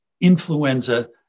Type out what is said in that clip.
influenza